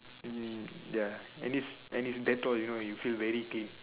mm ya and it's and it's Dettol you know you feel very clean